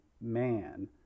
man